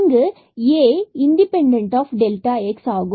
இங்கு A is independent of x ஆகும்